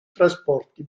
trasporti